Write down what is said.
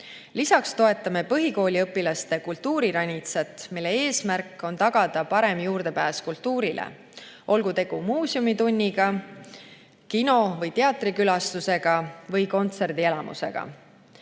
Lisaks toetame põhikooliõpilaste kultuuriranitsat, mille eesmärk on tagada parem juurdepääs kultuurile, olgu tegu muuseumitunniga, kino- või teatrikülastusega või kontserdielamusega.